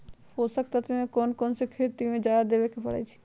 पोषक तत्व क कौन कौन खेती म जादा देवे क परईछी?